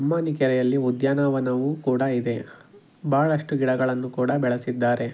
ಅಮಾನಿ ಕೆರೆಯಲ್ಲಿ ಉದ್ಯಾನವನವೂ ಕೂಡ ಇದೆ ಭಾಳಷ್ಟು ಗಿಡಗಳನ್ನು ಕೂಡ ಬೆಳೆಸಿದ್ದಾರೆ